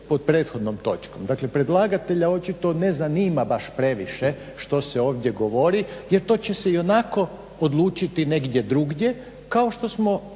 pod prethodnom točkom. Dakle, predlagatelja očito ne zanima baš previše što se ovdje govori jer to će se ionako odlučiti negdje drugdje kao što smo